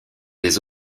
des